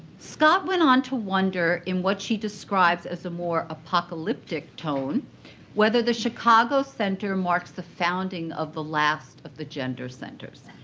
scott went on to wonder in what she describes as a more apocalyptic tone whether the chicago center marks the founding of the last of the gender centers.